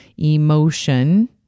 Emotion